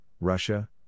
Russia